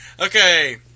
Okay